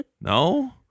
no